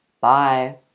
Bye